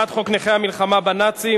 על הצעת חוק נכי המלחמה בנאצים.